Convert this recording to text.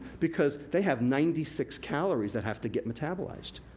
because they have ninety six calories that have to get metabolized.